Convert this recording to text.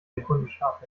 sekundenschlaf